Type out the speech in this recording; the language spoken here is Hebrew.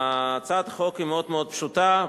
הצעת החוק מאוד מאוד פשוטה.